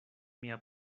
mia